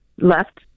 left